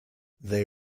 they